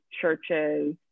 churches